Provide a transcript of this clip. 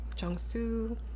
Jiangsu